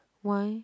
why